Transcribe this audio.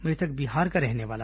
मृतक बिहार का रहने वाला था